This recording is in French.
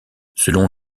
selon